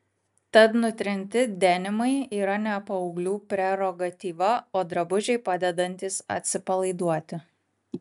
tad nutrinti denimai yra ne paauglių prerogatyva o drabužiai padedantys atsipalaiduoti